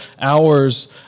hours